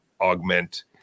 augment